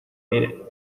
mire